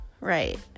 right